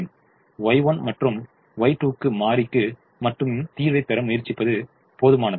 Y1 மற்றும் Y2 க்கு மாறிக்கு மட்டும் தீர்வை பெற முயற்சிப்பது போதுமானது